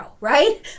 right